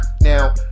now